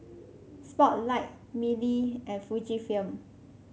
Spotlight Mili and Fujifilm